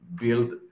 build